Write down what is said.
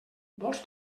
vols